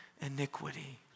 iniquity